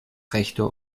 rechte